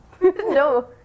No